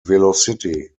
velocity